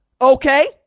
Okay